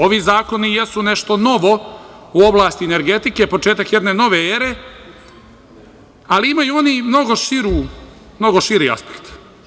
Ovi zakoni jesu nešto novo u oblasti energetike, početak jedne nove ere, ali imaju oni mnogo širi aspekt.